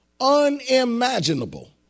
unimaginable